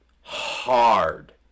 hard